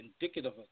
indicative